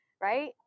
Right